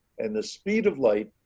and the speed of light